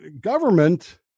government